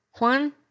Juan